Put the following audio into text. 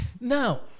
Now